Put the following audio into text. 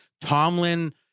Tomlin